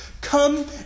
Come